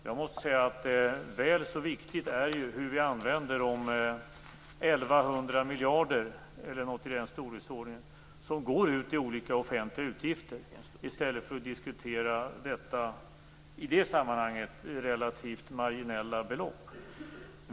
Jag måste säga att det är väl så viktigt hur vi använder de 1 100 miljarder, eller något i den storleksordningen, som går ut i olika offentliga utgifter i stället för att diskutera detta i det sammanhanget relativt marginella belopp.